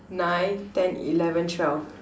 nine ten eleven twelve